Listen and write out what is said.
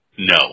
No